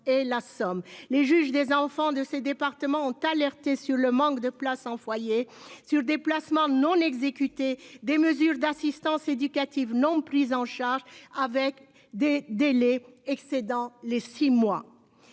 et la somme les juges des enfants de ces départements ont alerté sur le manque de places en foyer sur des placements non exécuté des mesures d'assistance éducative non pris en charge avec des délais excédant les six mois.